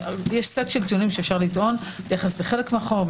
יש סט של טיעונים שאפשר לטעון ביחס לחלק מהחומר,